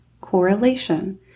correlation